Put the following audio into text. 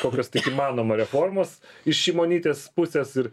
kokios tik įmanoma reformos iš šimonytės pusės ir